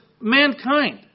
mankind